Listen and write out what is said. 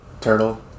Turtle